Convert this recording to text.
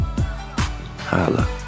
Holla